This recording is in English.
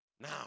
Now